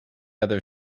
other